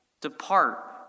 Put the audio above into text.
depart